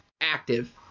active